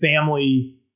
family